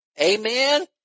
Amen